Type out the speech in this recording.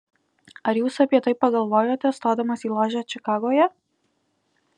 ar jūs apie tai pagalvojote stodamas į ložę čikagoje